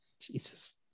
Jesus